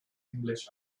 english